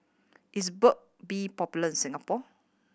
is Burt Bee popular in Singapore